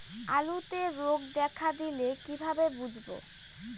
আলুতে রোগ দেখা দিলে কিভাবে বুঝবো?